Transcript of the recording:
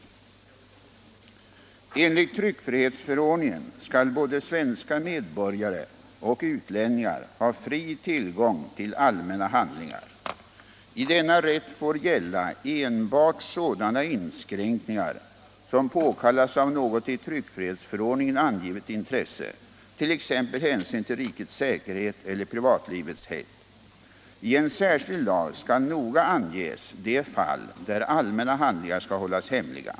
allmänna handling Enligt tryckfrihetsförordningen skall både svenska medborgare och ut = ar länningar ha fri tillgång till allmänna handlingar. I denna rätt får gälla enbart sådana inskränkningar som påkallas av något i tryckfrihetsförordningen angivet intresse, t.ex. hänsyn till rikets säkerhet eller privatlivets helgd. I en särskild lag skall noga anges de fall där allmänna handlingar skall hållas hemliga.